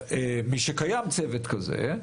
משקיים צוות כזה,